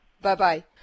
Bye-bye